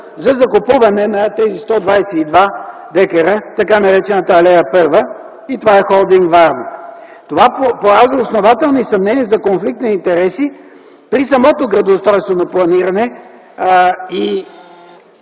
за закупуване на тези 122 декара – така наречената Алея първа, това е „Холдинг Варна”. Това поражда основателни съмнения за конфликт на интереси при самото градоустройствено планиране.